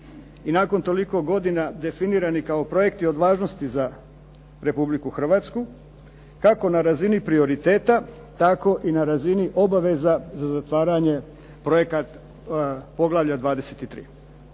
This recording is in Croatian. i nakon toliko godina definirani kao projekti od važnosti za Republiku Hrvatsku kako na razini prioriteta, tako i na razni obaveza za zatvaranje poglavlja 23.